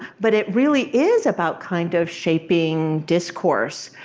but it really is about kind of shaping discourse.